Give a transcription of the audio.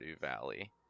Valley